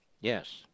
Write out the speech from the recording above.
Yes